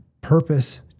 purpose